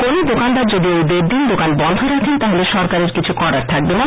কোনও দোকানদার যদি ঐ দেডদিন দোকান বন্ধ রাখেন তাহলে সরকারের কিছু করার থাকবে না